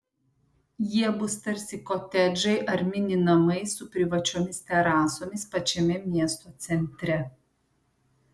jie bus tarsi kotedžai ar mini namai su privačiomis terasomis pačiame miesto centre